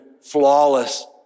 flawless